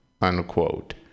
unquote